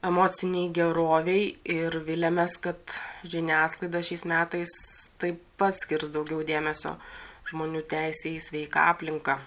emocinei gerovei ir viliamės kad žiniasklaida šiais metais taip pat skirs daugiau dėmesio žmonių teisei į sveiką aplinką